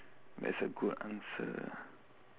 that's a good answer